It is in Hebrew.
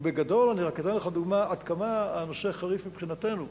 בגדול אתן לך דוגמה עד כמה הנושא חריף מבחינתנו.